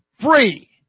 free